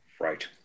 Right